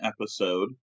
episode